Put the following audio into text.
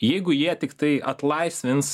jeigu jie tiktai atlaisvins